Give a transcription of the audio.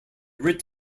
writ